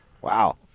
Wow